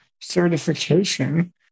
certification